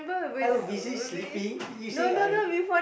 I were busy sleeping you say I'm